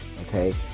Okay